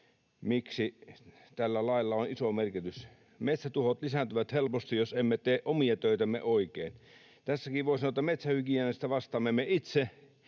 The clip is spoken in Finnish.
miksi tällä lailla on iso merkitys. Metsätuhot lisääntyvät helposti, jos emme tee omia töitämme oikein. Tässäkin voi sanoa, että metsähygieniasta vastaamme me itse,